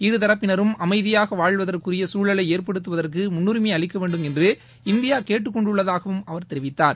இருதரப்பினரும் அமைதியாக வாழ்வதற்குரிய சூழலை ஏற்படுத்துவதற்கு முன்னுரிமை அளிக்க வேண்டும் என்று இந்தியா கேட்டுக் கொண்டுள்ளதாகவும் அவர் தெரிவித்தார்